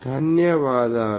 ధన్యవాదాలు